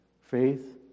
faith